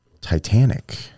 Titanic